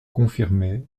confirmée